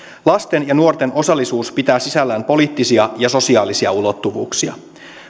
lasten ja nuorten osallisuus pitää sisällään poliittisia ja sosiaalisia ulottuvuuksia